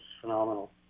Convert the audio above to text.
phenomenal